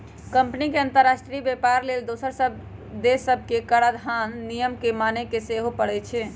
company के अंतरराष्ट्रीय व्यापार लेल दोसर देश सभके कराधान नियम के माने के सेहो परै छै